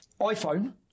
iPhone